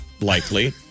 likely